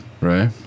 Right